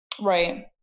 right